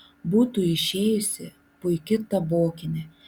būtų išėjusi puiki tabokinė